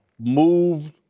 moved